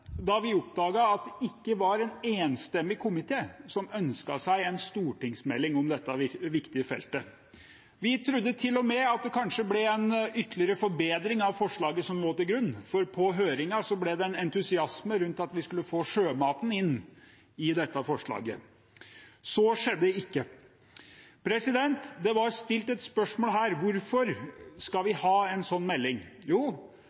da vi oppdaget at det ikke var en enstemmig komité som ønsket seg en stortingsmelding om dette viktige feltet. Vi trodde til og med at det kanskje ble en ytterligere forbedring av forslaget som lå til grunn, for på høringen var det entusiasme rundt at vi skulle få sjømaten inn i dette forslaget. Så skjedde ikke. Det ble stilt et spørsmål her: Hvorfor skal vi ha en sånn melding? Jo,